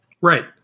Right